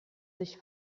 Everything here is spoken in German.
sich